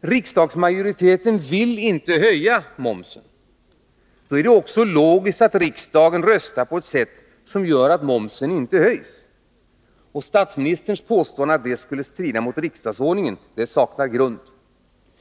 Riksdagsmajoriteten vill inte höja momsen. Då är det också logiskt att riksdagen röstar på ett sätt som gör att momsen inte höjs. Statsministerns påstående att detta skulle strida mot riksdagsordningen saknar grund.